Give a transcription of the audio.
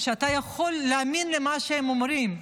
שאתה יכול להאמין למה שהם אומרים,